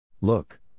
Look